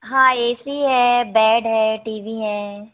हाँ A C है bed है टी वी है